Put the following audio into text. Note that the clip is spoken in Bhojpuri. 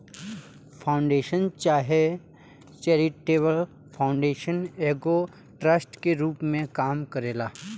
फाउंडेशन चाहे चैरिटेबल फाउंडेशन एगो ट्रस्ट के रूप में काम करेला